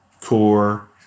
core